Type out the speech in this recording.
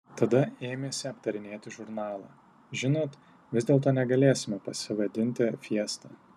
tada ėmėsi aptarinėti žurnalą žinot vis dėlto negalėsime pasivadinti fiesta